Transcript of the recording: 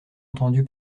entendu